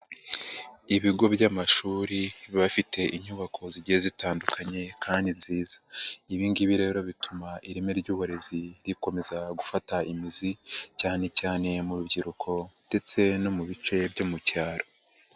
Ibigo by'amashuri bafite inyubako zigiye zitandukanye kandi nziza, ibi ngibi rero bituma ireme ry'uburezi rikomeza gufata imizi cyane cyane mu rubyiruko ndetse no mu bice byo mu cyaro.